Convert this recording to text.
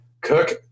Cook